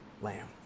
lamb